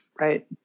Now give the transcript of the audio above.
right